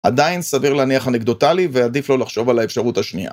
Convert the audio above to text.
עדיין סביר להניח אנקדוטלי, ועדיף לא לחשוב על האפשרות השנייה.